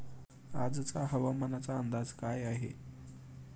आजचा हवामानाचा अंदाज काय आहे?